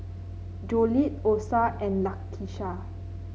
Jolette Osa and Lakisha